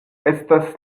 estas